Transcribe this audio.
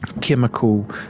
chemical